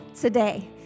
today